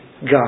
God